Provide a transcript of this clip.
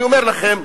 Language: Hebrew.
אני אומר לכם,